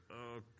okay